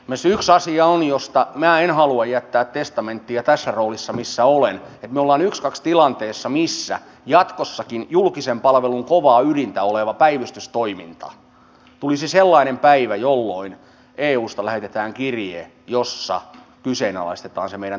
myös yksi asia on josta minä en halua jättää testamenttia tässä roolissa missä olen että me olemme ykskaks tilanteessa missä jatkossakin julkisen palvelun kovaa ydintä olevan päivystystoiminnan osalta tulisi sellainen päivä jolloin eusta lähetetään kirje jossa kyseenalaistetaan se meidän toimintamallimme